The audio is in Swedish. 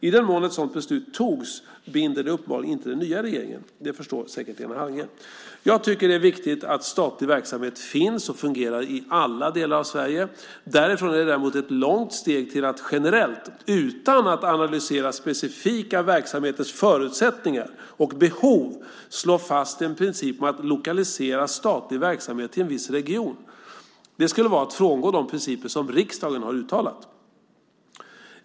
I den mån ett sådant beslut togs binder det uppenbarligen inte den nya regeringen; det förstår säkert Lena Hallengren. Jag tycker att det är viktigt att statlig verksamhet finns och fungerar i alla delar av Sverige. Därifrån är det däremot ett långt steg till att generellt, utan att analysera specifika verksamheters förutsättningar och behov, slå fast en princip om att lokalisera statlig verksamhet till en viss region. Det skulle vara att frångå de principer som riksdagen har uttalat.